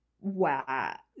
Wow